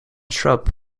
shrub